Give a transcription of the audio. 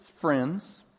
friends